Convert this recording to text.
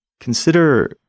Consider